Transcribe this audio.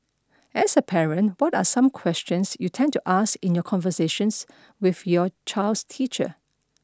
as a parent what are some questions you tend to ask in your conversations with your child's teacher